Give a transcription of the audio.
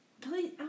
Please